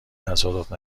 تصادف